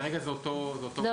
כרגע זה אותו גורם.